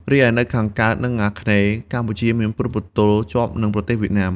រីឯនៅខាងកើត និងអាគ្នេយ៍ កម្ពុជាមានព្រំប្រទល់ជាប់នឹងប្រទេសវៀតណាម។